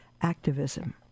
activism